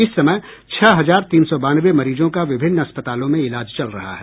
इस समय छह हजार तीन सौ बानवे मरीजों का विभिन्न अस्पतालों में इलाज चल रहा है